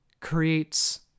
creates